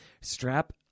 strap